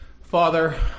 Father